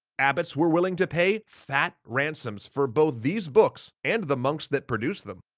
abbots were willing to pay fat ransoms for both these books, and the monks that produced them.